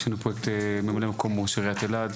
יש לנו פה את ממלא מקום ראש עיריית אלעד.